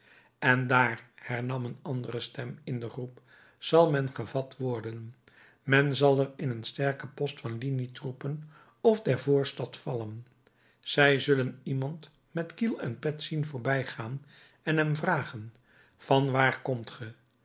en dààr hernam een andere stem in de groep zal men gevat worden men zal er in een sterken post van linietroepen of der voorstad vallen zij zullen iemand met kiel en pet zien voorbijgaan en hem vragen van waar komt ge